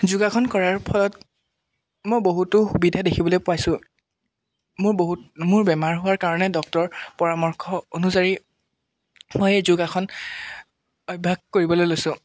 যোগাসন কৰাৰ ফলত মই বহুতো সুবিধা দেখিবলৈ পাইছোঁ মোৰ বহুত মোৰ বেমাৰ হোৱাৰ কাৰণে ডক্তৰ পৰামৰ্শ অনুযায়ী মই এই যোগাসন অভ্যাস কৰিবলৈ লৈছোঁ